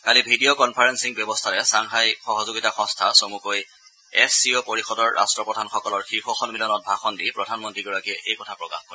কালি video conferencing ব্যৱস্থাৰে Shanghai সহযোগিতা সংস্থা চমুকৈ এছ চি অ' পৰিষদৰ ৰাট্টপ্ৰধানসকলৰ শীৰ্ষ সমিলনত ভাষণ দি প্ৰধানমন্ত্ৰীগৰাকীয়ে এই কথা প্ৰকাশ কৰে